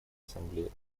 ассамблее